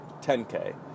10K